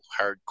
hardcore